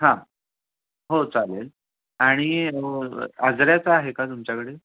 हां हो चालेल आणि आजऱ्याचा आहे का तुमच्याकडे